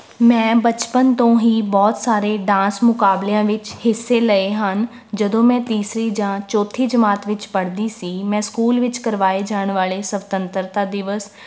ਮੈਂ ਬਚਪਨ ਤੋਂ ਹੀ ਬਹੁਤ ਸਾਰੇ ਡਾਂਸ ਮੁਕਾਬਲਿਆਂ ਵਿੱਚ ਹਿੱਸੇ ਲਏ ਹਨ ਜਦੋਂ ਮੈਂ ਤੀਸਰੀ ਜਾਂ ਚੌਥੀ ਜਮਾਤ ਵਿੱਚ ਪੜ੍ਹਦੀ ਸੀ ਮੈਂ ਸਕੂਲ ਵਿੱਚ ਕਰਵਾਏ ਜਾਣ ਵਾਲੇ ਸਵਤੰਤਰਤਾ ਦਿਵਸ